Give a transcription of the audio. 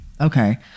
Okay